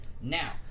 Now